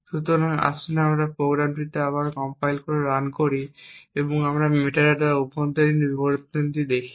সুতরাং আসুন আমরা এই প্রোগ্রামটিকে আবার কম্পাইল করে রান করি এবং আমরা মেটাডেটার অভ্যন্তরীণ বিবরণ দেখি